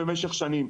במשך שנים.